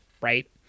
right